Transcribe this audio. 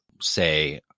say